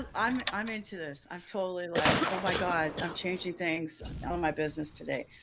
and i'm, i'm into this, i've totally like, oh my god, i'm changing things on my business today.